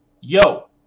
yo